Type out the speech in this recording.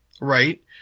Right